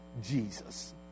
Jesus